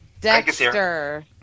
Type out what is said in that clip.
Dexter